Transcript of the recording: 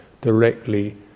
directly